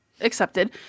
accepted